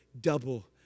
double